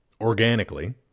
Organically